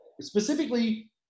Specifically